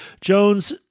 Jones